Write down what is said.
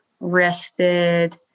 rested